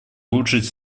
улучшить